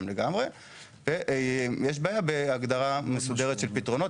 גם יש בעיה בהגדרה מסודרת של פתרונות